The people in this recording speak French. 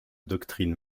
doctrine